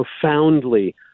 profoundly